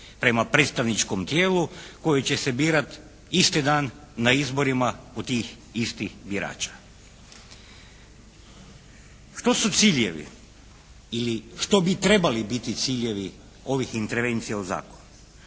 prema predstavničkom tijelu koji će se birati isti dan na izborima kod tih istih birača. Što su ciljevi ili što bi trebali biti ciljevi ovih intervencija u zakonu?